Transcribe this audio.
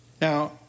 Now